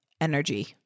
energy